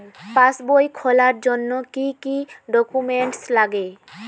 পাসবই খোলার জন্য কি কি ডকুমেন্টস লাগে?